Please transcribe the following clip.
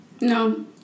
No